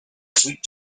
sweet